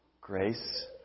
Grace